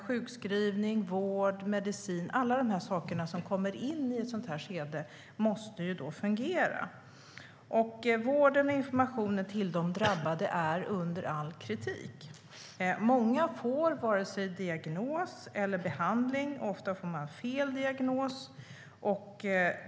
Sjukskrivning, vård och medicinering måste då fungera, men vården av och informationen till de drabbade är under all kritik. Många får varken diagnos eller behandling. Ofta får man fel diagnos.